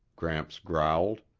gramps growled.